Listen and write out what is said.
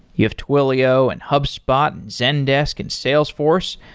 you have twilio, and hubspot, and zendesk and salesforce.